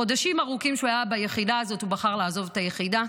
חודשים ארוכים שהוא היה ביחידה הזאת הוא בחר לעזוב את היחידה.